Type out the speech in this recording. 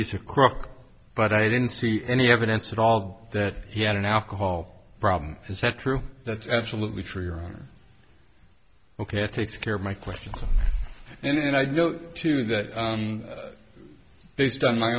he's a crook but i didn't see any evidence at all that he had an alcohol problem is that true that's absolutely true your ok takes care of my question and i go to that based on my